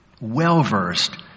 well-versed